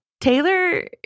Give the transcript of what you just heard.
Taylor